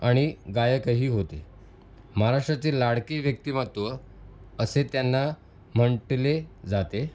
आणि गायकही होते महाराष्ट्रातील लाडके व्यक्तिमत्व असे त्यांना म्हटले जाते